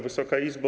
Wysoka Izbo!